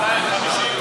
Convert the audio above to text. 250,